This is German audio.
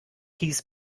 hieß